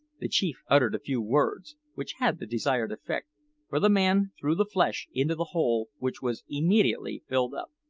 the chief uttered a few words, which had the desired effect for the man threw the flesh into the hole, which was immediately filled up.